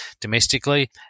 domestically